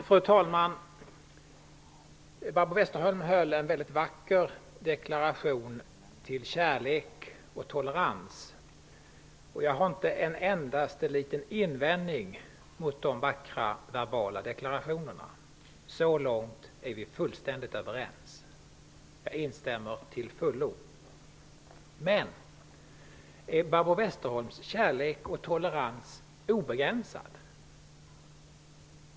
Fru talman! Barbro Westerholm gjorde en mycket vacker deklaration till kärleken och toleransen. Jag har inte en enda invändning mot den vackra verbala deklarationen. Så långt är vi fullkomligt överens. Jag instämmer till fullo. Är Barbro Westerholms kärlek och tolerans obegränsad?